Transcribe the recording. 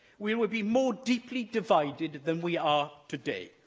we will be more deeply divided than we are today.